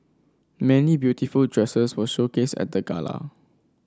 many beautiful dresses were showcased at the gala